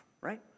right